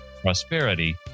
prosperity